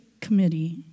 committee